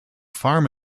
farm